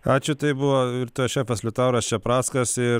ačiū tai buvo virtuvės šefas liutauras čeprackas ir